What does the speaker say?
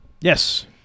Yes